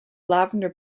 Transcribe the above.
lavender